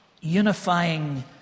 unifying